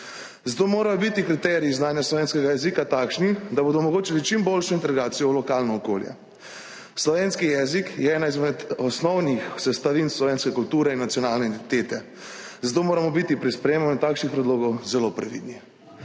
Zato morajo biti kriteriji znanja slovenskega jezika takšni, da bodo omogočili čim boljšo integracijo v lokalno okolje. Slovenski jezik je ena izmed osnovnih sestavin slovenske kulture in nacionalne identitete, zato moramo biti pri sprejemanju takšnih predlogov zelo previdni.